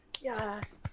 Yes